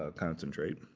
ah concentrate.